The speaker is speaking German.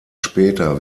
später